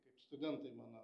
kaip studentai mano